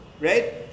right